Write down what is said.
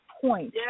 point